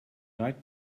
right